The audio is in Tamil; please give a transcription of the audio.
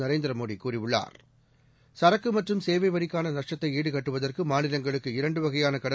நரேந்திரமோடிகூறியுள்ளார் சரக்குமற்றும் சேவைவரிக்கான நஷ்டத்தைஈடு கட்டுவதற்குமாநிலங்களுக்கு இரண்டுவகையானகடன்